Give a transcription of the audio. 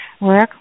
Work